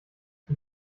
die